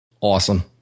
Awesome